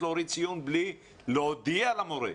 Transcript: ציון בלי להודיע למורה.